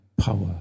Power